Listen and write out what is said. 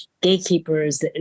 gatekeepers